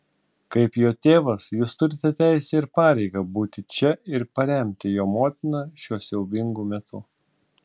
kaip jo tėvas jūs turite teisę ir pareigą būti čia ir paremti jo motiną šiuo siaubingu metu